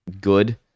good